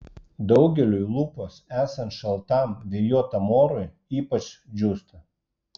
daugeliui lūpos esant šaltam vėjuotam orui ypač džiūsta